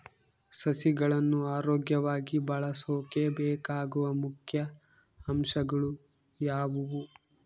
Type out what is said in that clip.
ಸಸಿಗಳನ್ನು ಆರೋಗ್ಯವಾಗಿ ಬೆಳಸೊಕೆ ಬೇಕಾಗುವ ಮುಖ್ಯ ಅಂಶಗಳು ಯಾವವು?